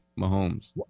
Mahomes